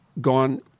gone